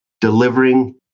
delivering